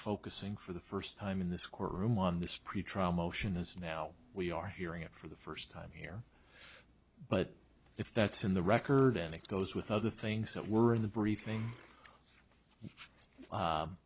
focusing for the first time in this courtroom on this pretrial motion is now we are hearing it for the first time here but if that's in the record and it goes with other things that were in the briefing